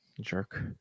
Jerk